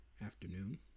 afternoon